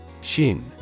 Shin